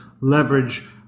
leverage